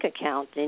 account